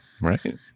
right